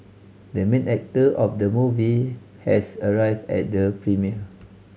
the main actor of the movie has arrived at the premiere